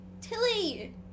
Tilly